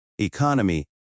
Economy